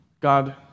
God